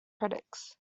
critics